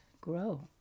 grow